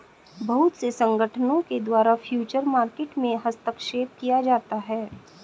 बहुत से संगठनों के द्वारा फ्यूचर मार्केट में हस्तक्षेप किया जाता है